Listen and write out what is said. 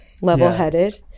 level-headed